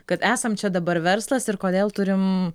kad esam čia dabar verslas ir kodėl turim